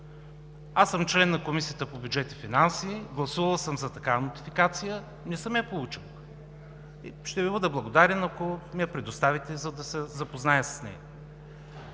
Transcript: Аз съм член на Комисията по бюджет и финанси, гласувал съм за такава нотификация, но не съм я получил. Ще Ви бъда благодарен, ако ми я предоставите, за да се запозная с нея.